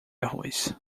arroz